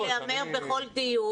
אני בסך הכול יזמתי דיון.